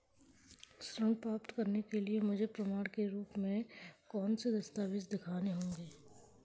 ऋण प्राप्त करने के लिए मुझे प्रमाण के रूप में कौन से दस्तावेज़ दिखाने होंगे?